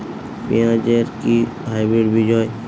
পেঁয়াজ এর কি হাইব্রিড বীজ হয়?